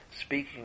Speaking